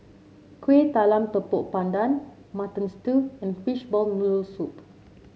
Kuih Talam Tepong Pandan Mutton Stew and Fishball Noodle Soup